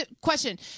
Question